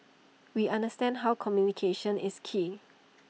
we understand how communication is key